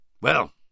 Well